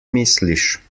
misliš